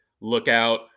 lookout